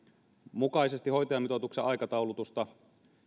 mukaisesti hoitajamitoituksen aikataulutusta